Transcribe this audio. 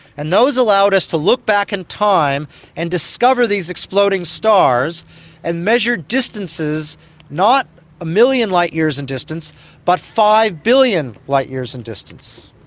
and those allowed us to look back in time and discover these exploding stars and measure distances not a million light years in distance but five billion light years in distance.